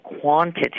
quantity